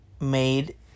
made